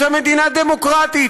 רוצה מדינה דמוקרטית,